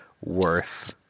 worth